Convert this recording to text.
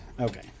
Okay